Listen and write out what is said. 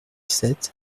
sept